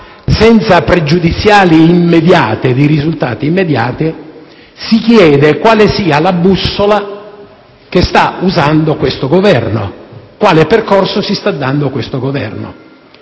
senza pregiudiziali immediate, di risultati immediati, si chiede quale sia la bussola che sta usando questo Governo, quale percorsi esso si stia dando; infatti,